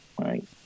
right